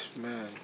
Man